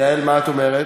יעל, מה את אומרת?